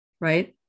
Right